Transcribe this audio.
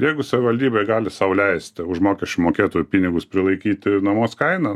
jeigu savivaldybė gali sau leisti už mokesčių mokėtojų pinigus prilaikyti nuomos kainą